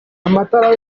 amatara